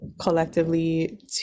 collectively